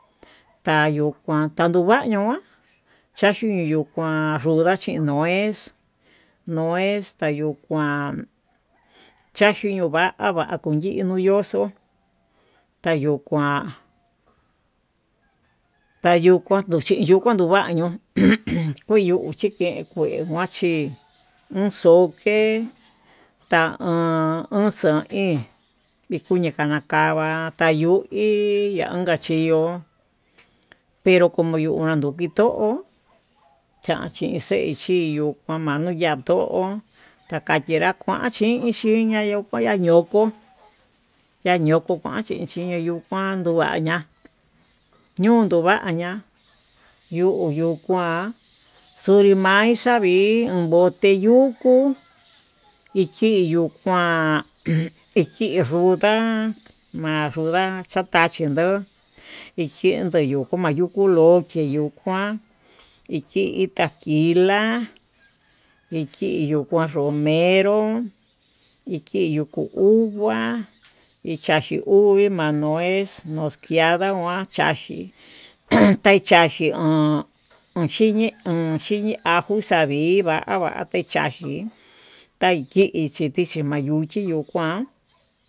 Kayuu kuan tando va'a ño'á chachi yuu nuu kuan ruda chinoez nuez ta yuu kuán taxiyuu va'a, va kunyino yoxo tayuu kuan tayuxhiño atuvañu ujun kueyu chike kuyuaxhí uun xoke uun taka'a uu tauin vikuyi anakava tayuí, yanka chi yo'o pero como yo yanduki to'ó cha chichen chii yo kuan yuu ma'a to'ó takuayenra kuan chin chiya'a yoko yañoko ñayoko kuan nachina yo'o kuán nduvaña, ñunduva'a ña'a yuu yukuán xunrii ma'í xavii yun bote yuku ichiyu kuán iki fruta ma'a fruta tachin ikendo mayutu ndoki yuu kuán, iki takilá, ikiyo kuan romero, ikiyo ko unguá ichachi uvii ma'a nuez chinda nguan xhachí an tai taxhge o'on, onxhiñi onxhili ajo xavii va'a va techakin kichi chixhi mayuchi yuu kuan.